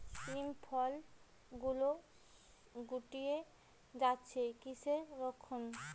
শিম ফল গুলো গুটিয়ে যাচ্ছে কিসের লক্ষন?